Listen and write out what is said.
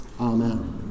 amen